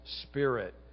Spirit